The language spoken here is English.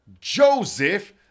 Joseph